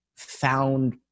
found